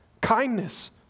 kindness